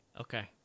okay